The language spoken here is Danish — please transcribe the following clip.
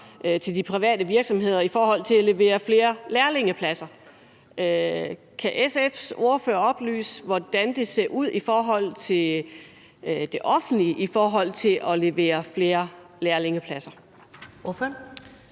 til de private virksomheder i forhold til at levere flere lærlingepladser. Kan SF's ordfører oplyse, hvordan det ser ud med det offentlige i forhold til at levere flere lærlingepladser?